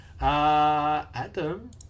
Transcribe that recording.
Adam